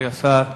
חברי השר,